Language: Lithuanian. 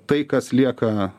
tai kas lieka